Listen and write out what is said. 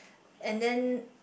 and then